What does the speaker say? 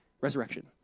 Resurrection